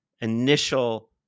initial